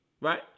right